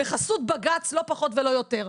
בחסות בג"ץ, לא פחות ולא יותר.